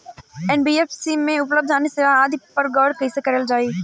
NBFC में उपलब्ध अन्य सेवा आदि पर गौर कइसे करल जाइ?